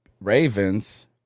Ravens